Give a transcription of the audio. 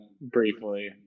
briefly